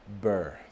birth